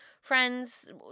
friends